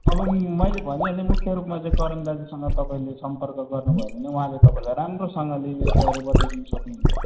अब मैले भनिहालेँ मुख्य रूपमा चाहिँ करण दाजुसँग तपाईँले सम्पर्क गर्नु भयो भने उहाँले तपाईँलाई राम्रोसँगले यसबारे बताइदिनु सक्नु हुन्छ